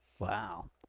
Wow